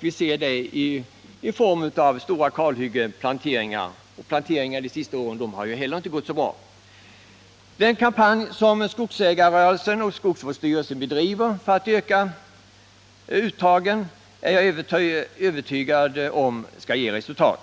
Det ser vi av stora kalhyggen och planteringar, vilka inte gått särskilt bra. Den kampanj som skogsägarrörelsen och skogsvårdsstyrelsen bedriver för att öka uttagen är jag övertygad om skall ge resultat.